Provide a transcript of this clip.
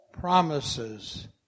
promises